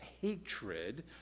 hatred